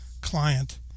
Client